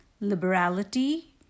liberality